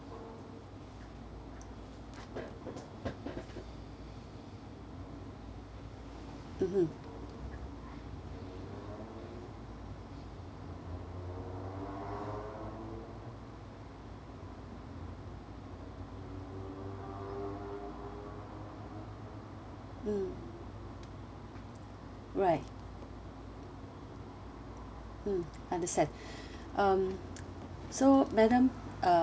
mmhmm mm right mm understand um so madam uh